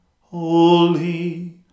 holy